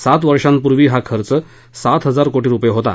सात वर्षांपूर्वी हा खर्च सात हजार कोटी होता